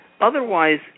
Otherwise